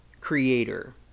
creator